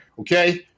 Okay